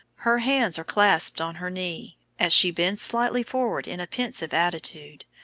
her hands are clasped on her knee, as she bends slightly forward in a pensive attitude,